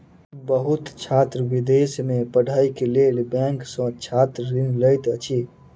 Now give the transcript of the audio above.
बहुत छात्र विदेश में पढ़ैक लेल बैंक सॅ छात्र ऋण लैत अछि